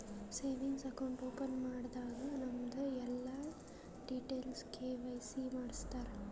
savings account open ಮಾಡಾಗ್ ನಮ್ದು ಎಲ್ಲಾ ಡೀಟೇಲ್ಸ್ ಕೆ.ವೈ.ಸಿ ಮಾಡುಸ್ತಾರ್